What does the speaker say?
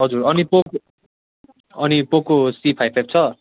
हजुर अनि पोको अनि पोको सी फाइभ फाइभ छ